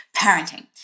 parenting